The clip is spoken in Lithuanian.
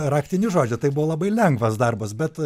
raktinį žodį tai buvo labai lengvas darbas bet